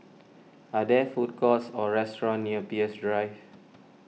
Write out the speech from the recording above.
are there food courts or restaurants near Peirce Drive